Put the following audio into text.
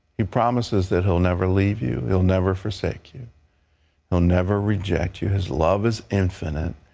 he promises that he'll never leave you he'll never forsake you he'll never reject you. his love is infinite.